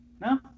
No